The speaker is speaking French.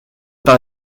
par